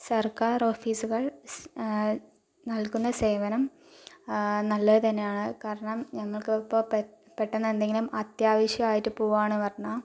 സർക്കാർ ഓഫീസുകൾ സ് നൽകുന്ന സേവനം നല്ലത് തന്നെയാണ് കാരണം ഞങ്ങൾക്കിപ്പോൾ പെ പെട്ടെന്നെന്തെങ്കിലും അത്യാവശ്യം ആയിട്ട് പോവാണെന്ന് പറഞ്ഞാൽ